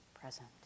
present